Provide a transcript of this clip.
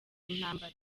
intambara